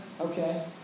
okay